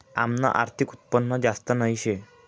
आमनं आर्थिक उत्पन्न जास्त नही शे